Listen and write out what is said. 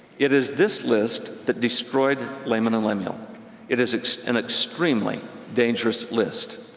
it is this list that destroyed like and and them. yeah um it is an extremely dangerous list.